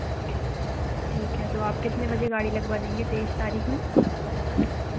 ठीक है तो आप कितने बजे गाड़ी लगवा देंगे तेइस तारीख में